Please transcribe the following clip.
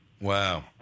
Wow